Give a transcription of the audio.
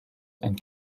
and